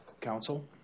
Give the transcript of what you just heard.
Counsel